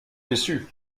déçu